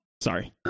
Sorry